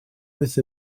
with